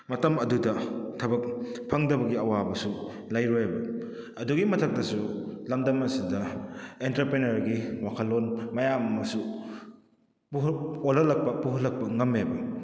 ꯃꯇꯝ ꯑꯗꯨꯗ ꯊꯕꯛ ꯐꯪꯗꯕꯒꯤ ꯑꯋꯥꯕꯁꯨ ꯂꯩꯔꯣꯏꯕ ꯑꯗꯨꯒꯤ ꯃꯊꯛꯇꯁꯨ ꯂꯝꯗꯝ ꯑꯁꯤꯗ ꯑꯦꯟꯇꯔꯄ꯭ꯔꯦꯅꯔꯒꯤ ꯋꯥꯈꯜꯂꯣꯟ ꯃꯌꯥꯝ ꯑꯃꯁꯨ ꯑꯣꯜꯍꯜꯂꯛꯄ ꯄꯨꯍꯜꯂꯛꯄ ꯉꯝꯃꯦꯕ